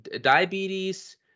diabetes